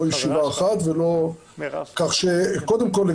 קודם כל,